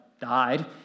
died